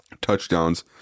touchdowns